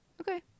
okay